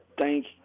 Thank